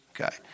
Okay